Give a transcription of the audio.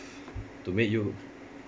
to make you